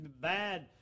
bad